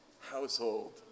household